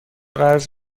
قرض